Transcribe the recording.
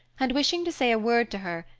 and wishing to say a word to her,